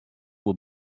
will